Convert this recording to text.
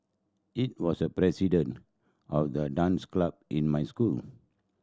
it was the president of the dance club in my school